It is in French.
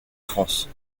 france